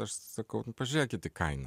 aš sakau pažiūrėkit į kainą